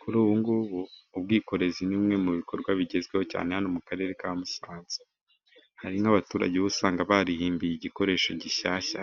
Kuri ubu ngubu, ubwikorezi ni bimwe mu bikorwa bigezweho cyane hano mu Karere ka Musanze, hari nk'abaturage uba usanga barihimbiye, igikoresho gishyashya